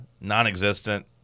non-existent